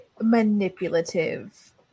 manipulative